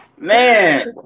man